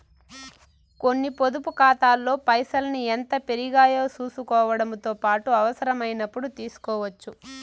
కొన్ని పొదుపు కాతాల్లో పైసల్ని ఎంత పెరిగాయో సూసుకోవడముతో పాటు అవసరమైనపుడు తీస్కోవచ్చు